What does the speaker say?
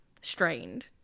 strained